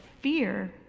fear